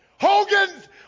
Hogan's